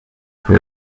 for